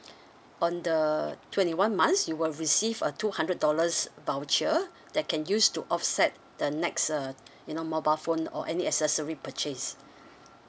on the twenty one months you will receive a two hundred dollars voucher that can use to offset the next uh you know mobile phone or any accessory purchase